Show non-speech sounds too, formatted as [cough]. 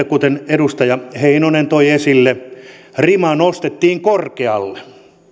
[unintelligible] kuten edustaja heinonen toi esille rima nostettiin korkealle ja